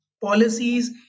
policies